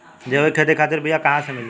जैविक खेती खातिर बीया कहाँसे मिली?